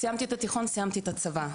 סיימתי את התיכון, סיימתי את הצבא.